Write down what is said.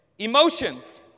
Emotions